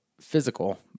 physical